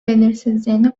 belirsizliğini